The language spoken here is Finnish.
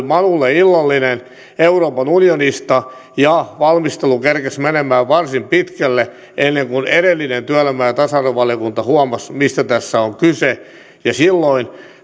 manulle illallinen euroopan unionista ja valmistelu kerkesi menemään varsin pitkälle ennen kuin edellinen työelämä ja tasa arvovaliokunta huomasi mistä tässä on kyse silloin